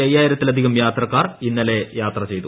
ത്തിലധികം യാത്രക്കാർ ഇന്നലെ യാ്ത്ര് ചെയ്തു